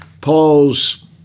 Paul's